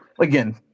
again